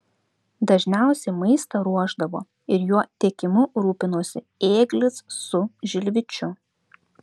dažniausiai maistą ruošdavo ir jo tiekimu rūpinosi ėglis su žilvičiu